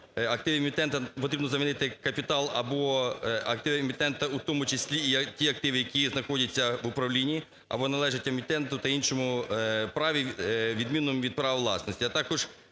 активи емітента" потрібно замінити "капітал або активи емітента, у тому числі, ті активи, які знаходяться в управлінні або належать емітенту та іншому… праві, відмінному від права власності. А також